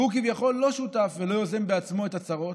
והוא כביכול לא שותף ולא יוזם בעצמו את הצרות.